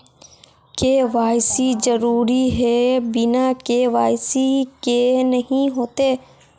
KYC जरुरी है बिना के.वाई.सी के नहीं होते?